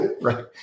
Right